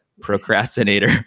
procrastinator